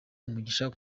umugisha